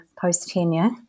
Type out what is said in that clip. post-tenure